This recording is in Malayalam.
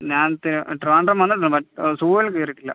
ഞാൻ ട്രിവാൻഡ്രം വന്നിട്ടുണ്ട് ബട്ട് സൂവിൽ കയറിയിട്ടില്ല